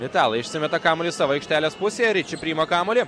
italai išsimeta kamuolį savo aikštelės pusėje riči priima kamuolį